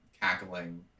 cackling